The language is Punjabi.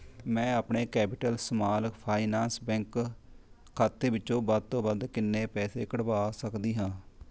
ਮੈਂ ਆਪਣੇ ਕੈਪੀਟਲ ਸਮਾਲ ਫਾਈਨਾਂਸ ਬੈਂਕ ਖਾਤੇ ਵਿੱਚੋਂ ਵੱਧ ਤੋਂ ਵੱਧ ਕਿੰਨੇ ਪੈਸੇ ਕਢਵਾ ਸਕਦੀ ਹਾਂ